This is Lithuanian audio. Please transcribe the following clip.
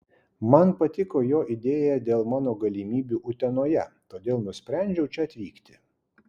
man patiko jo idėja dėl mano galimybių utenoje todėl nusprendžiau čia atvykti